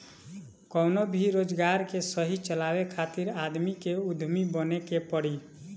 कवनो भी रोजगार के सही चलावे खातिर आदमी के उद्यमी बने के पड़ी